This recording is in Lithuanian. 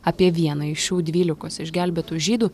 apie vieną iš šių dvylikos išgelbėtų žydų